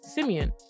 Simeon